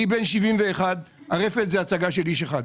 אני בן 71, הרפת זאת הצגה של איש אחד.